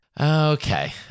Okay